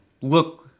look